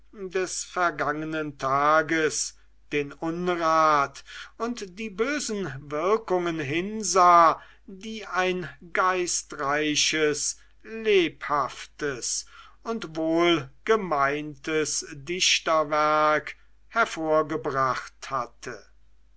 des vergangenen tages den unrat und die bösen wirkungen hinsah die ein geistreiches lebhaftes und wohlgemeintes dichterwerk hervorgebracht hatte